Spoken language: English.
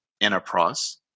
enterprise